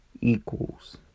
equals